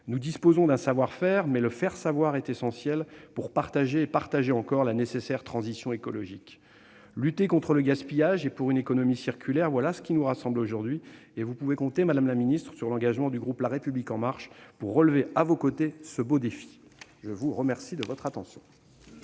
Nous disposons d'un savoir-faire, mais le faire-savoir est essentiel pour partager toujours davantage la nécessaire transition écologique. Lutter contre le gaspillage et pour une économie circulaire : voilà ce qui nous rassemble aujourd'hui. Vous pouvez compter sur l'engagement du groupe La République En Marche pour relever à vos côtés ce beau défi, madame la secrétaire